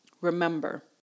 Remember